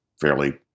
fairly